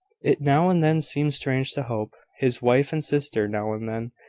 it now and then seemed strange to hope, his wife and sister now and then,